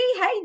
Hey